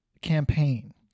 campaign